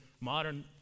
modern